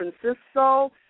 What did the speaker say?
Francisco